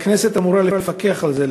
הכנסת אמורה לפקח על זה.